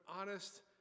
honest